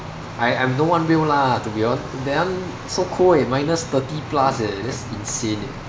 I I no one will lah to be honest that one so cold eh minus thirty plus eh that's insane eh